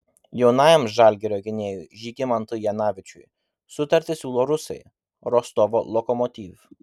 jaunajam žalgirio gynėjui žygimantui janavičiui sutartį siūlo rusai rostovo lokomotiv